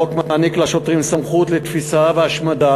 החוק מעניק לשוטרים סמכות לתפיסה והשמדה